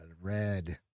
red